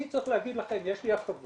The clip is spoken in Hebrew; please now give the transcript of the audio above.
אני צריך להגיד לכם, יש לי הכבוד